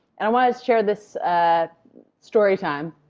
and i want to share this story time,